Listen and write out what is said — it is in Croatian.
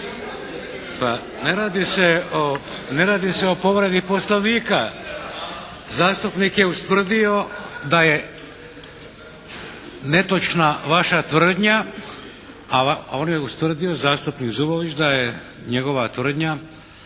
o, ne radi se o povredi Poslovnika. Zastupnik je ustvrdio da je netočna vaša tvrdnja, a on je ustvrdio zastupnik Zubović da je njegova tvrdnja